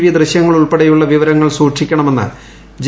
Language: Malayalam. വി ദൃശ്യങ്ങളുൾപ്പെടെയുള്ള വിവരങ്ങൾ സൂക്ഷിക്കണമെന്ന് ജെ